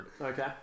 Okay